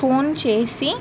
phone చేసి